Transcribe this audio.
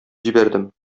җибәрдем